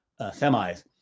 semis